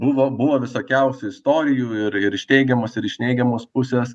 buvo buvo visokiausių istorijų ir ir iš teigiamos ir iš neigiamos pusės